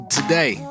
today